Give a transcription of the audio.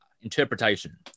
interpretation